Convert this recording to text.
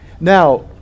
Now